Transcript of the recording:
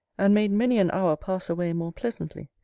and made many an hour pass away more pleasantly,